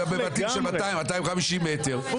בבתים של 200-250 מטר.